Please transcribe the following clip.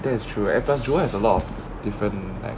that's true eh and plus jewel has a lot of different like